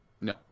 no